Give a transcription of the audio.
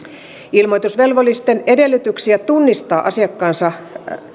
ilmoitusvelvollisten edellytyksiä tunnistaa asiakkaansa